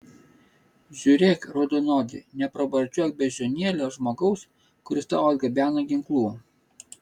žiūrėk raudonodi nepravardžiuok beždžionėle žmogaus kuris tau atgabena ginklų